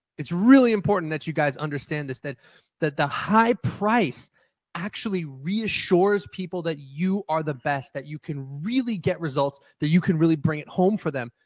it's really important that you guys understand this, that that the high price actually reassures people that you are the best. that you can really get results. that you can really bring it home for them.